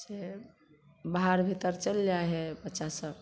फेर बाहर भीतर चलि जाइ हइ बच्चा सब